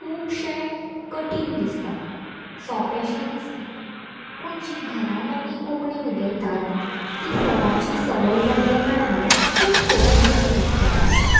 खुबशें कठीण दिसता सोंपेंशें दिसना पूण जी घरान आमी कोंकणी उलयतात ती सदाची संवय जाल्ल्या कारणान खूब सोंपी कशी दिसता भाशा